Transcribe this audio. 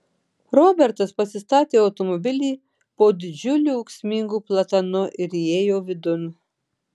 robertas pasistatė automobilį po didžiuliu ūksmingu platanu ir įėjo vidun